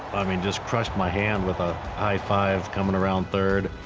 i mean, just crushed my hand with a high five coming around third